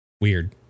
weird